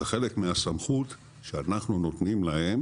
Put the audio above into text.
זה חלק מהסמכות שאנחנו נותנים להם